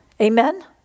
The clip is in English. Amen